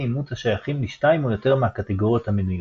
אימות השייכים לשתיים או יותר מהקטגוריות המנויות.